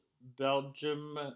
Belgium